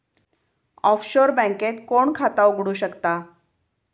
Offshore बँकेत कोण खाता उघडु शकता?